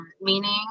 meaning